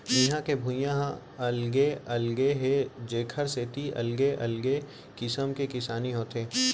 इहां के भुइंया ह अलगे अलगे हे जेखर सेती अलगे अलगे किसम के किसानी होथे